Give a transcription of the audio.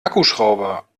akkuschrauber